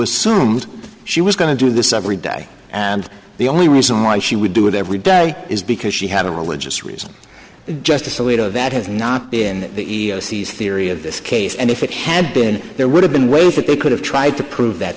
assume she was going to do this every day and the only reason why she would do it every day is because she had a religious reason justice alito that has not been the e e o c theory of this case and if it had been there would have been ways that they could have tried to prove that